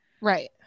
Right